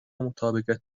مطابقت